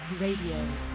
Radio